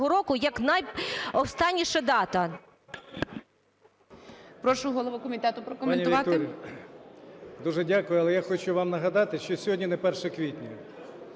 року як найостанніша дата.